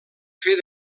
fer